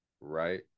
Right